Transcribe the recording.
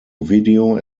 video